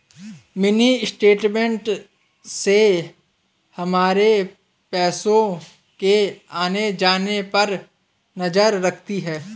mini statement से हमारे पैसो के आने जाने पर नजर रहती है